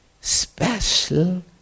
special